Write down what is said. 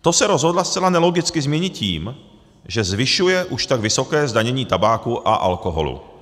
To se rozhodla zcela nelogicky změnit tím, že zvyšuje už tak vysoké zdanění tabáku a alkoholu.